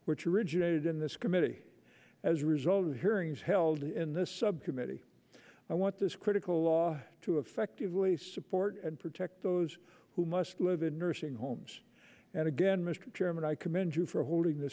which originated in this committee as a result of hearings held in this subcommittee i want this critical law to effectively support and protect those who must live in nursing homes and again mr chairman i commend you for holding th